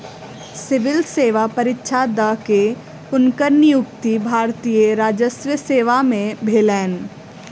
civil सेवा परीक्षा द के, हुनकर नियुक्ति भारतीय राजस्व सेवा में भेलैन